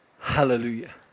Hallelujah